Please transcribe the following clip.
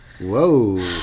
Whoa